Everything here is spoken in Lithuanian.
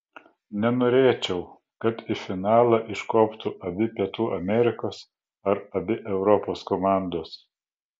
nenorėčiau kad į finalą iškoptų abi pietų amerikos ar abi europos komandos